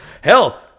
Hell